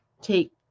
take